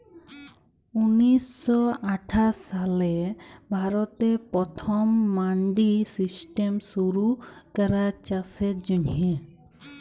উনিশ শ আঠাশ সালে ভারতে পথম মাল্ডি সিস্টেম শুরু ক্যরা চাষের জ্যনহে